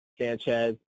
Sanchez